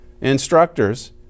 instructors